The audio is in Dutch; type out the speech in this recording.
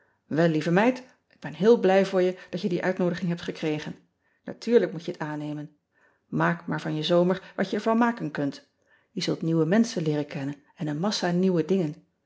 el lieve meid ik ben heel blij voor je dat je die uitnoodiging hebt gekregen ean ebster adertje angbeen atuurlijk moet je het aannemen aak maar van je zomer wat je er van maken kunt e zult nieuwe menschen leeren kennen en een massa nieuwe dingen